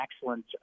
excellent